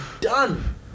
done